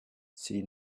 she